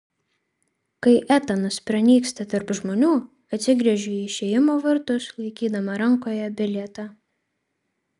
kai etanas pranyksta tarp žmonių atsigręžiu į išėjimo vartus laikydama rankoje bilietą